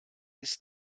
ist